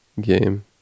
game